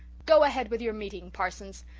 go ahead with your meeting, parsons.